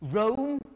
rome